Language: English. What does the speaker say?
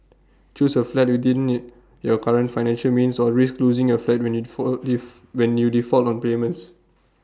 choose A flat within you your current financial means or risk losing your flat when you fault diff when you default on payments